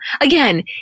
Again